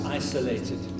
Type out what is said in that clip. isolated